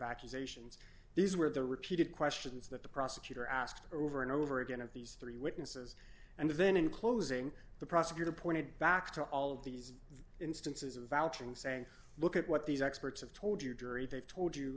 accusations these were the repeated questions that the prosecutor asked over and over again of these three witnesses and then in closing the prosecutor pointed back to all of these instances of vouching saying look at what these experts have told your jury they've told you